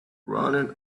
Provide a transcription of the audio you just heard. running